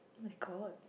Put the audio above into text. oh-my-God